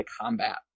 combat